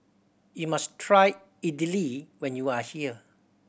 you must try Idili when you are here